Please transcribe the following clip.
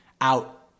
out